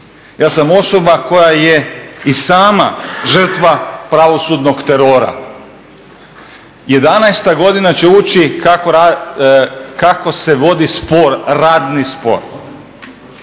Ja sam osoba koja je i sama žrtva pravosudnog terora. Jedanaesta godina će uči kako se vodi spor, radni spor.